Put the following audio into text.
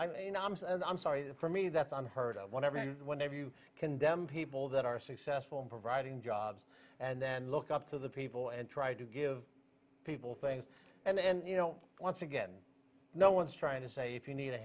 and i'm sorry for me that's unheard of whatever and whenever you condemn people that are successful in providing jobs and then look up to the people and try to give people things and you know once again no one's trying to say if you need a